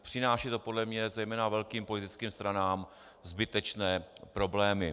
Přináší to podle mne zejména velkým politickým stranám zbytečné problémy.